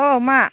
अ मा